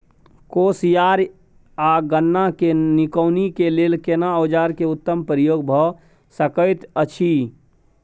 कोसयार आ गन्ना के निकौनी के लेल केना औजार के उत्तम प्रयोग भ सकेत अछि?